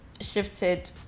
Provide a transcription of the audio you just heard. shifted